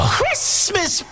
Christmas